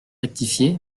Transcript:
rectifié